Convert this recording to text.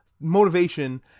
motivation